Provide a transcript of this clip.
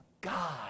God